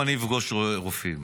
איפה אני אפגוש רופאים?